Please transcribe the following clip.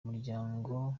umuryango